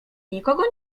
nikogo